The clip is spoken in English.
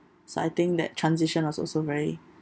so I think that transition was also very